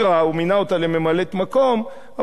הוא מינה אותה לממלאת-מקום אבל היא לא